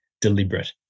deliberate